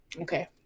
Okay